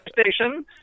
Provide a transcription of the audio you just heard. station